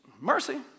mercy